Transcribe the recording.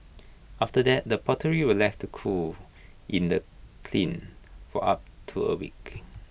after that the pottery were left to cool in the kiln for up to A week